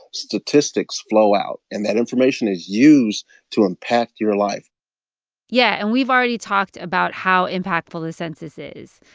statistics flow out. and that information is used to impact your life yeah. and we've already talked about how impactful the census is.